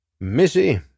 Missy